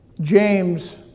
James